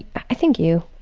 i think you.